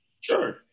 Sure